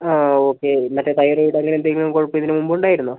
okay മറ്റേ thyroid അങ്ങനെയെന്തെങ്കിലും കുഴപ്പം ഇതിനു മുൻപ് ഉണ്ടായിരുന്നോ